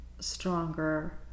stronger